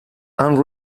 and